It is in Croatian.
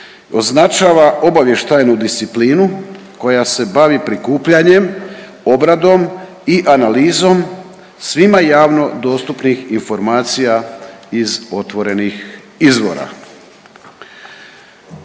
označava obavještajnu disciplinu koja se bavi prikupljanjem, obradom i analizom svima javno dostupnih informacija iz otvorenih izvora.